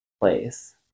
place